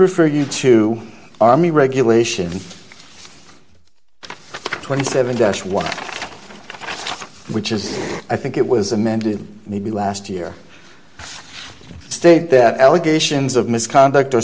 refer you to army regulation twenty seven dash one which is i think it was amended maybe last year state that allegations of